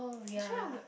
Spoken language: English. actually I would